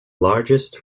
largest